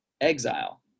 Exile